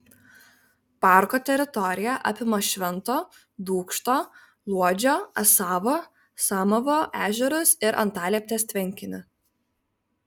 parko teritorija apima švento dūkšto luodžio asavo samavo ežerus ir antalieptės tvenkinį